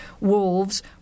Wolves